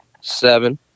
seven